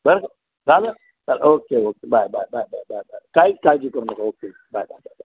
बरं झालं okay okay bye bye bye bye bye bye काय काळजी करू नका okay bye bye bye bye